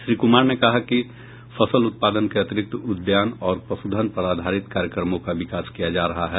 श्री कुमार ने कहा कि फसल उत्पादन के अतिरिक्त उद्यान और पशुधन पर आधारित कार्यक्रमों का विकास किया जा रहा है